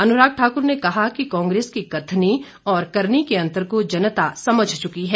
अनुराग ठाकुर ने कहा कि कांग्रेस की कथनी और करनी के अंतर को जनता समझ चुकी है